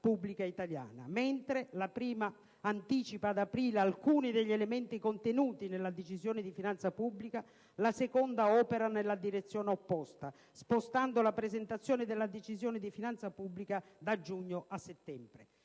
pubblica italiana: mentre la prima anticipa ad aprile alcuni degli elementi contenuti nella Decisione di finanza pubblica, la seconda opera nella direzione opposta, spostando la presentazione della Decisione di finanza pubblica da giugno a settembre.